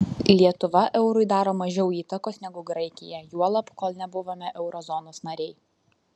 lietuva eurui daro mažiau įtakos negu graikija juolab kol nebuvome euro zonos nariai